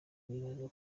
nibaza